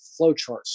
flowcharts